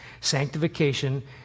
Sanctification